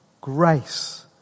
grace